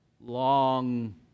long